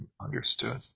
understood